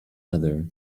other